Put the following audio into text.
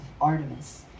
Artemis